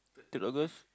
third August